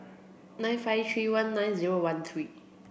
nine five three one nine zero one three